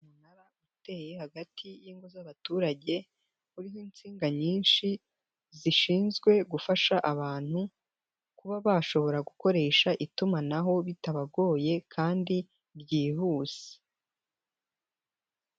Umunara uteye hagati y'ingo z'abaturage uriho insinga nyinshi zishinzwe gufasha abantu kuba bashobora gukoresha itumanaho bitabagoye kandi ryihuse.